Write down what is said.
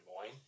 Moines